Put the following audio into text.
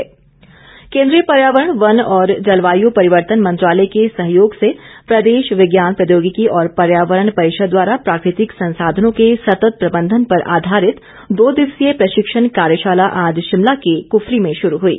प्रशिक्षण केंद्रीय पर्यावरण वन और जलवायु परिवर्तन मंत्रालय के सहयोग से प्रदेश विज्ञान प्रौद्योगिकी और पर्यावरण परिषद द्वारा प्राकृतिक संसाधनों के सतत प्रबंधन पर आधारित दो दिवसीय प्रशिक्षण कार्यशाला आज शिमला के कुफरी में शुरू हुई